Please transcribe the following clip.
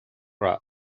rath